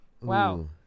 Wow